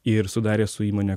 ir sudarę su įmone